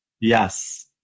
Yes